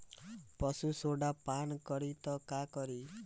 पशु सोडा पान करी त का करी?